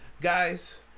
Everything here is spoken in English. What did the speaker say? Guys